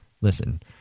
Listen